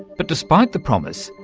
but despite the promise,